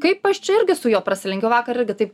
kaip aš čia irgi su juo prasilenkiau vakar taip